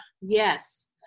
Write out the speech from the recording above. yes